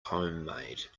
homemade